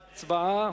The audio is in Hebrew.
הצבעה.